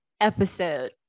episode